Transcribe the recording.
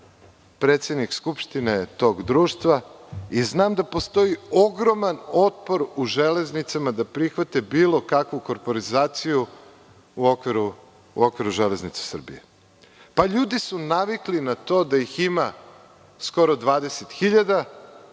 predsednik Skupštine tog društva i znam da postoji ogroman otpor u Železnicama da prihvate bilo kakvu korporizaciju u okviru Železnica Srbije. Ljudi su navikli na to da ih ima skoro 20